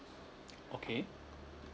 okay